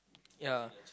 ya